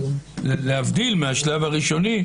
להבדיל מהשלב הראשוני,